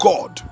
God